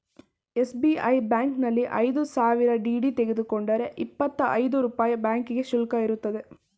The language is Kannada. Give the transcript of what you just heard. ಎಸ್.ಬಿ.ಐ ಬ್ಯಾಂಕಿನಲ್ಲಿ ಐದು ಸಾವಿರ ಡಿ.ಡಿ ತೆಗೆದುಕೊಂಡರೆ ಇಪ್ಪತ್ತಾ ಐದು ರೂಪಾಯಿ ಬ್ಯಾಂಕಿಂಗ್ ಶುಲ್ಕ ಇರುತ್ತದೆ